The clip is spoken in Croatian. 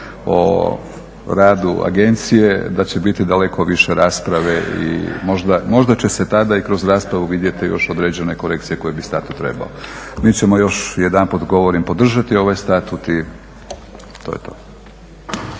o radu agencije da će biti daleko više rasprave i možda će se tada i kroz raspravu vidjeti još određene korekcije koje bi statut trebao. Mi ćemo još jedanput govorim podržati ovaj statut i to je to.